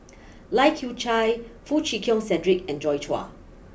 Lai Kew Chai Foo Chee Keng Cedric and Joi Chua